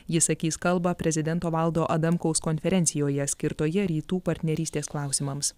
jis sakys kalbą prezidento valdo adamkaus konferencijoje skirtoje rytų partnerystės klausimams